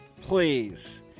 please